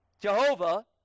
Jehovah